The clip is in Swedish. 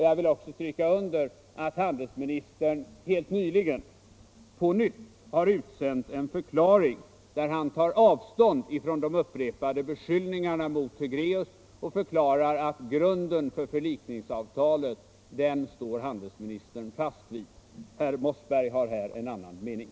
Jag vill också stryka under att handelsministern helt nyligen på nytt har utsänt en förklaring, där han tar avstånd från de upprepade beskyllningarna mot Hegre&eus och förklarar att han står fast vid grunden för förlikningsavtalet. Herr Mossberg har här en annan mening.